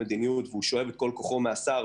מדיניות והוא שואב את כל כוחו מהשר,